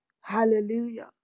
Hallelujah